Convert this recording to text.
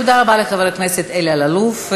תודה רבה לחבר הכנסת אלי אלאלוף.